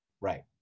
Right